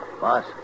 Boss